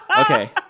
Okay